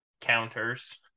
counters